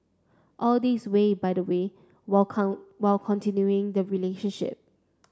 all this way by the way while while continuing the relationship